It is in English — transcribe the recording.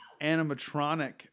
animatronic